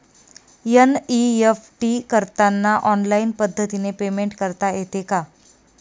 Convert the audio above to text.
NEFT करताना online पद्धतीने payment करता येते का?